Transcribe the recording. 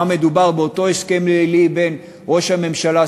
על מה מדובר באותו הסכם לילי בין ראש הממשלה,